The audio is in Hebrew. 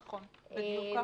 נכון, בדיוק ככה,